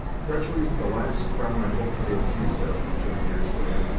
treachery is the last crime i hope to be accused of, returned deerslayer,